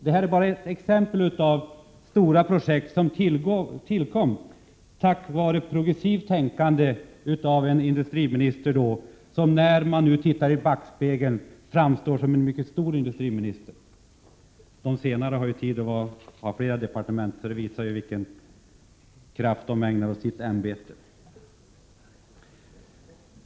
Detta är bara ett exempel på stora projekt som tillkom tack vare progressivt tänkande av en industriminister som, när man nu tittar i backspegeln, framstår som en mycket stor industriminister. De senare har ju tid att ha fler departement, och det visar vilken kraft de ägnar åt sitt ämbete.